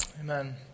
Amen